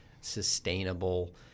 sustainable